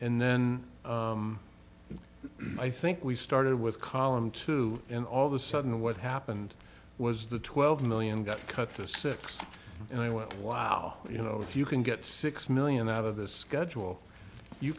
and then i think we started with column two and all the sudden what happened was the twelve million got cut to six and i went wow you know if you can get six million out of this schedule you